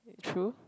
true